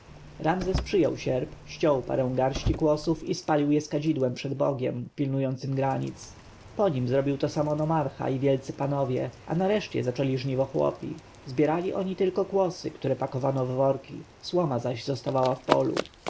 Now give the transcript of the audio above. ramzes przyjął sierp ściął parę garści kłosów i spalił je z kadzidłem przed bogiem pilnującym granic po nim zrobił to samo nomarcha i wielcy panowie a nareszcie zaczęli żniwo chłopi zbierali oni tylko kłosy które pakowano w worki słoma zaś zostawała w polu